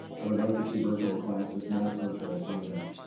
i would like to see virtual classes, not virtual assignments,